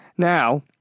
Now